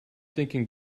thinking